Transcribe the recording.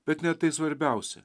bet ne tai svarbiausia